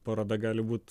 paroda gali būt